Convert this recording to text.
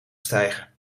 stijgen